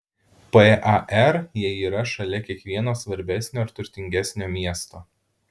par jie yra šalia kiekvieno svarbesnio ar turtingesnio miesto